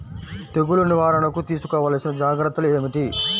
తెగులు నివారణకు తీసుకోవలసిన జాగ్రత్తలు ఏమిటీ?